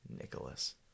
Nicholas